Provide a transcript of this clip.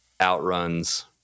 outruns